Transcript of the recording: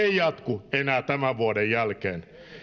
ei jatku enää tämän vuoden jälkeen